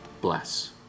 bless